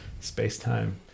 space-time